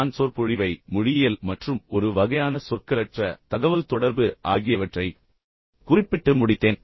நான் சொற்பொழிவை மொழியியல் மற்றும் ஒரு வகையான சொற்களற்ற தகவல்தொடர்பு ஆகியவற்றைக் குறிப்பிட்டு முடித்தேன்